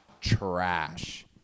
trash